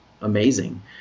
amazing